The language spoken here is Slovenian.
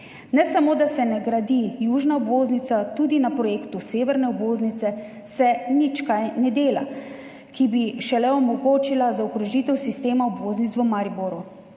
Ne samo, da se ne gradi južne obvoznice, tudi na projektu severne obvoznice se nič kaj ne dela, kar bi šele omogočilo zaokrožitev sistema obvoznic v Mariboru.